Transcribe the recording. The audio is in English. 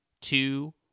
two